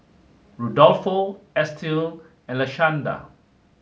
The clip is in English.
Rudolfo Estill and Lashanda